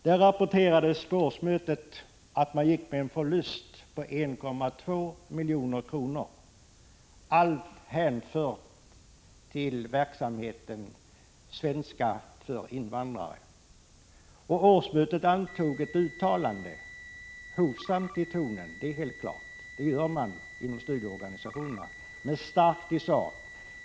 Där rapporterades att man gick med en förlust på 1,2 milj.kr., allt hänfört till verksamheten Svenska för invandrare. Årsmötet antog ett uttalande, hovsamt i tonen — så gör man i studieorganisationerna — men starkt i sak.